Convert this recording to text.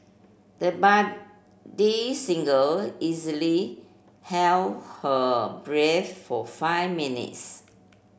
the budding singer easily held her breath for five minutes